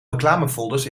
reclamefolders